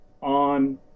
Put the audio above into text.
on